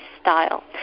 style